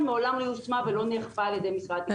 מעולם לא יושמה ולא נאכפה על-ידי משרד התקשורת.